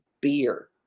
beer